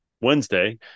Wednesday